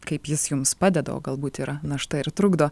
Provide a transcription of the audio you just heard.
kaip jis jums padeda o galbūt yra našta ir trukdo